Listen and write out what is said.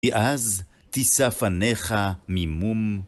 ‫ואז תיסף עניך מימום.